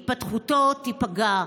התפתחותו תיפגע.